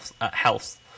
health